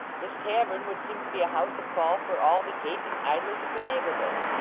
this tavern would seem to be a house of call for all the gaping idlers of the neighbourhood